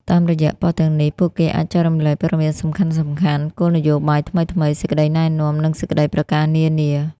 តាមរយៈប៉ុស្តិ៍ទាំងនេះ ពួកគេអាចចែករំលែក ព័ត៌មានសំខាន់ៗ គោលនយោបាយថ្មីៗ សេចក្តីណែនាំ និងសេចក្តីប្រកាសនានា។